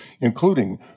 including